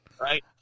right